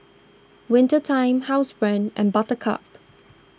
Winter Time Housebrand and Buttercup